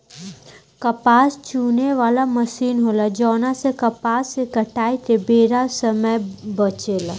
कपास चुने वाला मशीन होला जवना से कपास के कटाई के बेरा समय बचेला